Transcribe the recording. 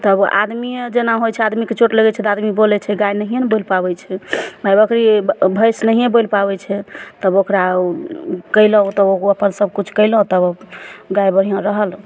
तब आदमीये जेना होइ छै आदमीके चोट लगय छै तऽ आदमी बोलय छै गाय नहियेँ ने बोल पाबय छै ने बकरी भैंस नहियेँ बोलि पाबय छै तब ओकरा उ कयल हऽ तऽ ओतऽ सबकिछु कयलहो तब गाय बढ़िआँ रहल